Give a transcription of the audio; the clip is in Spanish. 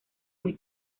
muy